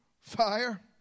fire